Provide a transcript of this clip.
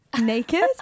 Naked